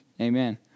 Amen